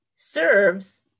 Serves